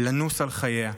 לנוס על חייה.